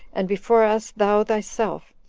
and before us thou thyself,